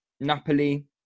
Napoli